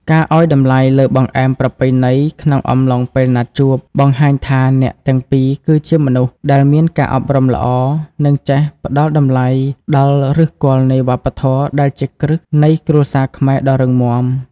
ការឱ្យតម្លៃលើបង្អែមប្រពៃណីក្នុងអំឡុងពេលណាត់ជួប បង្ហាញថាអ្នកទាំងពីរគឺជាមនុស្សដែលមានការអប់រំល្អ និងចេះផ្ដល់តម្លៃដល់ឫសគល់នៃវប្បធម៌ដែលជាគ្រឹះនៃគ្រួសារខ្មែរដ៏រឹងមាំ។